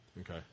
Okay